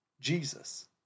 Jesus